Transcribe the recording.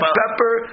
pepper